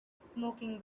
smoking